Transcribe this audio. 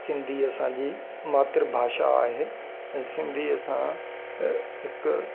सिंधी असांजी मात्र भाषा आहे ऐं सिंधी असां हिकु